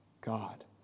God